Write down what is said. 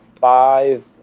five